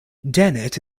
dennett